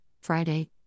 Friday